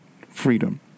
Freedom